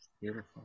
Beautiful